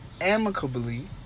Amicably